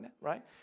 right